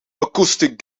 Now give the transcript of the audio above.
acoustic